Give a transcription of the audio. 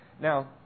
Now